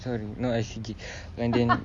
sorry not I_C_G and then